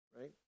right